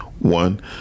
One